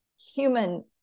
human